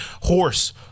horse